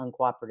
uncooperative